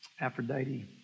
Aphrodite